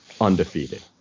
undefeated